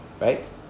Right